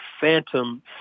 phantom